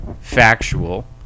factual